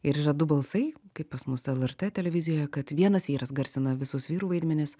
ir yra du balsai kaip pas mus lrt televizijoje kad vienas vyras garsina visus vyrų vaidmenis